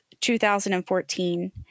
2014